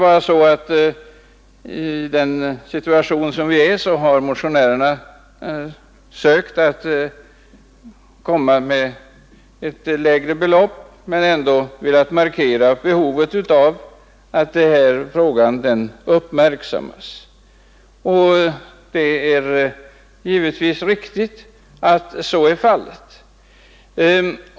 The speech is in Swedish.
Fastän motionärerna har begärt ett lägre belopp är det väl ändå så att de har velat markera behovet av att denna fråga uppmärksammas, och det är givetvis riktigt att det finns ett sådant behov.